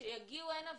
שיגיעו הנה,